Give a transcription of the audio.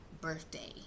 birthday